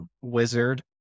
wizard